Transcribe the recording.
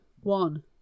One